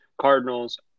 Cardinals